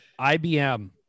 IBM